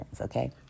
Okay